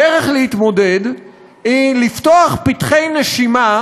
הדרך להתמודד היא לפתוח פתחי נשימה